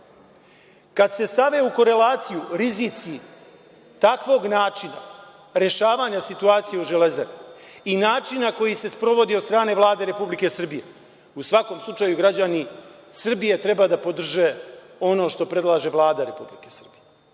se stave u korelaciju rizici takvog načina rešavanja situacije u „Železari“ i načina koji se sprovodi od strane od strane Vlade Republike Srbije, u svakom slučaju građani Srbije treba da podrže ono što predlaže Vlada RS.Ja